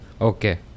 Okay